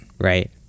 Right